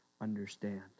understand